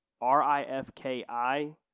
R-I-F-K-I